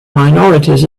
minorities